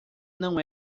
não